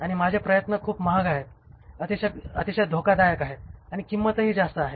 आणि माझे प्रयत्न खूप महाग आहेत अतिशय धोकादायक आहेत आणि किंमतही जास्त आहेत